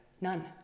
none